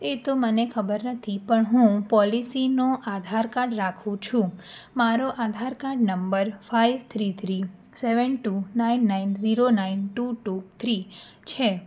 એ તો મને ખબર નથી પણ હું પોલિસીનો આધાર કાર્ડ રાખું છું મારો Aadhaar card number five three three seven two nine nine zero nine two two three છે